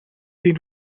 den